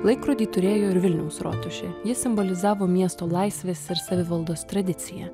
laikrodį turėjo ir vilniaus rotušė jis simbolizavo miesto laisvės ir savivaldos tradiciją